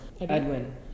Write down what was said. Edwin